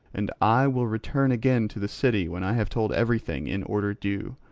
and i will return again to the city when i have told everything in order due.